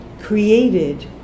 created